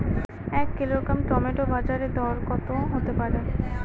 এক kilogram tomato বাজের দরকত হতে পারে?